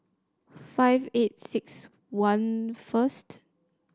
five eight six one first